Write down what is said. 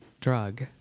drug